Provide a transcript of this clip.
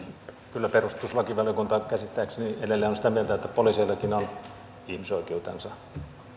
kyllä perustuslakivaliokunta käsittääkseni edelleen on sitä mieltä että poliiseillakin on ihmisoikeutensa